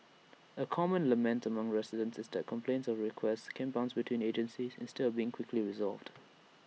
A common lament among residents is that complaints and requests can bounce between agencies instead of being quickly resolved